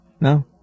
No